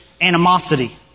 animosity